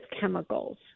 chemicals